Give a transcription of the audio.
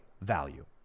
value